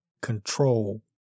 control